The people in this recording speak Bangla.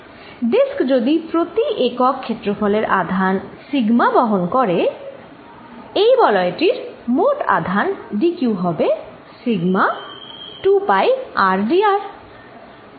ডিস্ক যদি প্রতি একক ক্ষেত্রফলের আধান σ সিগমা বহন করে এই বলয় টির মোট আধান dQ হবে সিগমা 2 পাই rdr